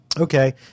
okay